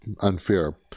unfair